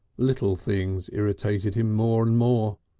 little things irritated him more and more,